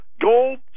gold